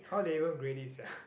how they even grade this sia